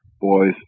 boys